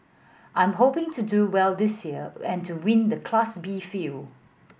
I'm hoping to do well this year and to win the Class B field